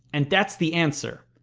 and that's the answer.